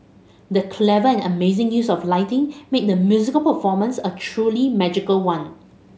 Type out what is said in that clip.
the clever and amazing use of lighting made the musical performance a truly magical one